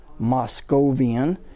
Moscovian